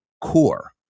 core